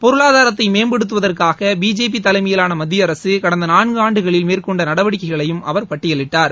பொருளாதாரத்தைமேம்படுத்துவதற்காகபிஜேபிதலைமையிலானமத்தியஅரசுகடந்தநான்காண்டுகளி ல் மேற்கொண்டநடவடிக்கைகளையும் அவர் பட்டியலிட்டார்